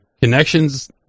connections